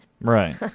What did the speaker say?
Right